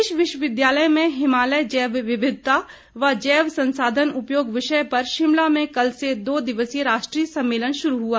प्रदेश विश्वविद्यालय में हिमालय जैव विविधता व जैव संसाधन उपयोग विषय पर कल से दो दिवसीय राष्ट्रीय सम्मेलन शुरू हुआ